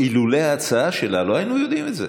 אילולא ההצעה שלה לא היינו יודעים את זה.